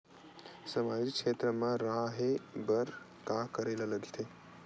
सामाजिक क्षेत्र मा रा हे बार का करे ला लग थे